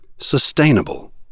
Sustainable